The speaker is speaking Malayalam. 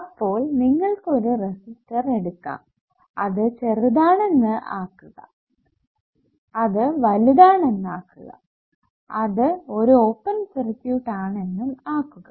അപ്പോൾ നിങ്ങൾക്ക് ഒരു റെസിസ്റ്റർ എടുക്കാം അത് ചെറുതാണെന്ന് ആക്കുക അത് വലുതാണെന്ന് ആക്കുക അത് ഒരു ഓപ്പൺ സർക്യൂട്ട് ആണെന്നും ആക്കുക